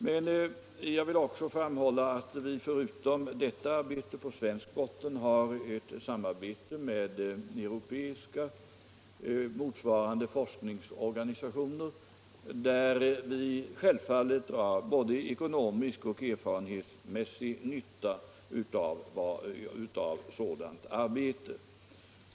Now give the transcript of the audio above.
Men jag vill också framhålla att vi, utom detta arbete på svensk botten, har ett samarbete med motsvarande europeiska forskningsorganisationer, som vi självfallet drar både ekonomisk och erfarenhetsmässig nytta av.